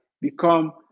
become